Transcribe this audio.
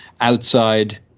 outside